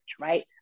right